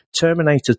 Terminator